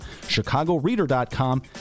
chicagoreader.com